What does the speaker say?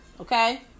okay